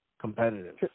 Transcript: competitive